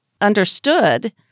understood